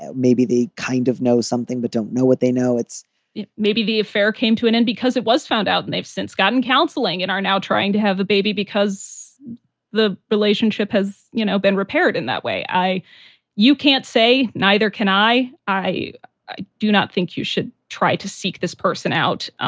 and maybe they kind of know something but don't know what they know it's maybe the affair came to an end because it was found out and they've since gotten counseling and are now trying to have a baby because the relationship has you know been repaired in that way. i you can't say neither can i. i i do not think you should try to seek this person out,